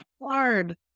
hard